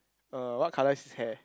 uh what color is his hair